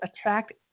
attract